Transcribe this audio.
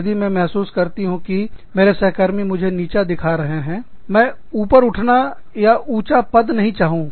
यदि मैं महसूस करती हूँ कि मेरे सहकर्मी मुझे नीचा दिखा रहे हैं मैं ऊपर उठनाऊंचा पद नहीं चाहूँगी